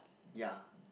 yeah